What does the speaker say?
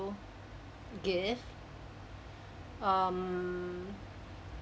gift um